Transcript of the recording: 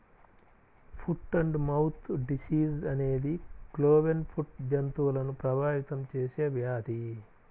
foot and mouth disease అనేది cloven foot జంతువులను ప్రభావితం చేసే వ్యాధి